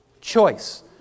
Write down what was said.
Choice